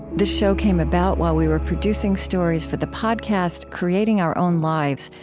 this show came about while we were producing stories for the podcast creating our own lives,